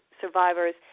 survivors